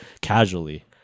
casually